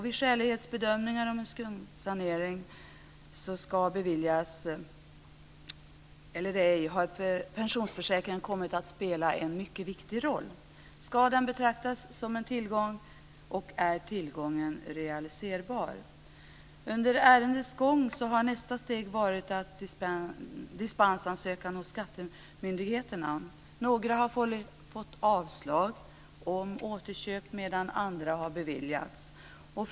Vid skälighetsbedömningar om en skuldsanering ska beviljas eller ej har pensionsförsäkringen kommit att spela en mycket viktig roll. Ska den betraktas som en tillgång, och är tillgången realiserbar? Under ärendets gång har nästa steg varit dispensansökan hos skattemyndigheterna. Några har fått avslag på begäran om dispens för återköp medan andra har beviljats detta.